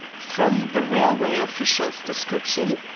from the railway official's description?